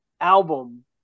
album